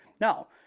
Now